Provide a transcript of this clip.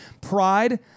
Pride